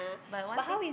but one thing